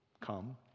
come